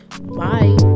Bye